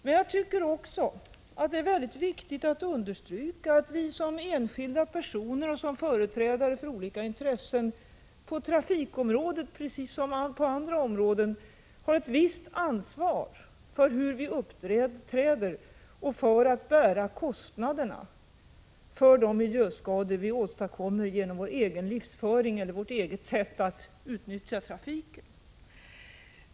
Men det är viktigt att understryka att vi som enskilda personer och som företrädare för olika intressen på trafikområdet som på alla andra områden har ett visst ansvar för hur vi uppträder. Vi måste vara beredda att bära kostnaderna för de miljöskador som vi åstadkommer genom vårt sätt att utnyttja trafiken.